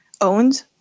owned